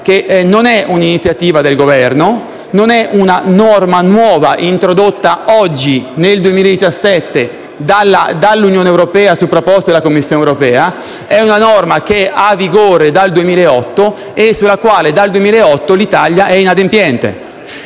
che non è un'iniziativa del Governo, non è una norma nuova introdotta oggi nel 2017 dall'Unione europea su proposta della Commissione europea: è una norma che ha vigore dal 2008 e sulla quale dal 2008 l'Italia è inadempiente.